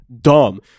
Dumb